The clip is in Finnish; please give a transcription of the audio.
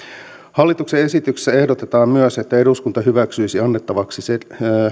hallituksen esityksessä ehdotetaan myös että eduskunta hyväksyisi annettavaksi